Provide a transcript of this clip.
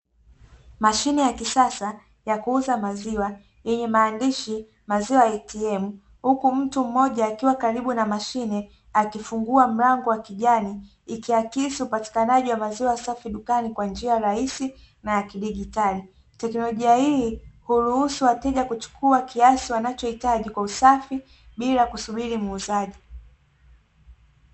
Mashine ya kisasa ya kuuza maziwa yenye maandishi ya maziwa "ATM", huku mtu mmoja akiwa karibu na mashine, akifungua mlango wa kijani ikiakisi upatikanaji wa maziwa safi dukani, kwa njia rahisi na ya kidigitali, teknolojia hii huruhusu wateja kuchukua maziwa kiasi wanayo hitaji kwa usafi bila kusubiri muuzaji.